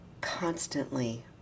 constantly